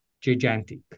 gigantic